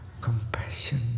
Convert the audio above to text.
compassion